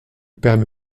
permet